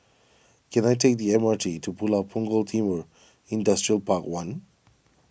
can I take the M R T to Pulau Punggol Timor Industrial Park one